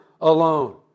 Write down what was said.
alone